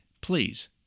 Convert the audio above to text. please